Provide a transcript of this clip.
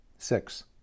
six